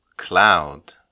cloud